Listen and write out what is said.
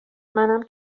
منم